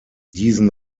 diesen